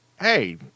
hey